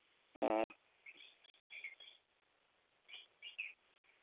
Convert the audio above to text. ᱦᱮᱸᱻ